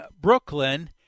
Brooklyn